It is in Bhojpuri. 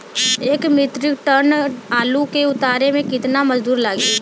एक मित्रिक टन आलू के उतारे मे कितना मजदूर लागि?